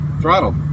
Throttle